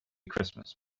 christmas